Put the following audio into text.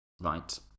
right